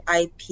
IP